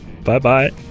Bye-bye